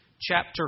chapter